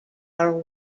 are